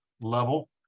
level